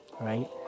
right